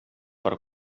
per